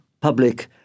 public